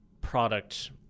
product